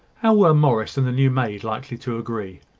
how were morris and the new maid likely to agree?